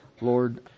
Lord